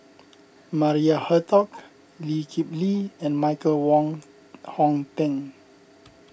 Maria Hertogh Lee Kip Lee and Michael Wong Hong Teng